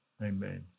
Amen